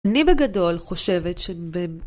אני בגדול חושבת שב...